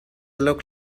look